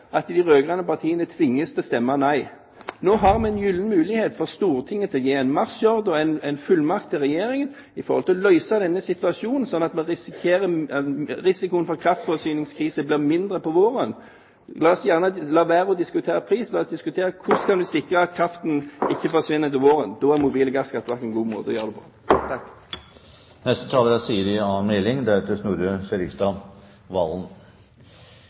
at de rød-grønne partiene tvinges til å stemme nei. Nå har vi i Stortinget en gyllen mulighet til å gi en marsjordre, en fullmakt til Regjeringen, for å løse denne situasjonen, slik at risikoen for en kraftforsyningskrise blir mindre til våren. La oss gjerne la være å diskutere pris, la oss diskutere hvordan skal vi sikre at kraften ikke forsvinner til våren. Da er det å ta i bruk mobile gasskraftverk en god måte å gjøre det på.